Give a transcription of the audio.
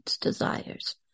desires